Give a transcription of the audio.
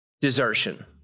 desertion